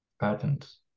patterns